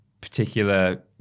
particular